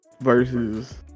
versus